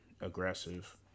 aggressive